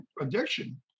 addiction